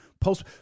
post